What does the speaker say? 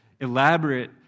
elaborate